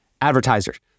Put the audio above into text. advertisers